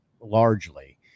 largely